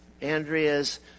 Andrea's